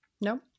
No